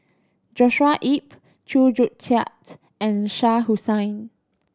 Joshua Ip Chew Joo Chiat and Shah Hussain